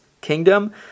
kingdom